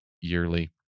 yearly